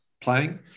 playing